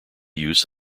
use